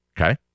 Okay